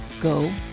go